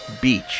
Beach